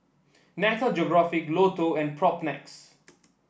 Nat Geographic Lotto and Propnex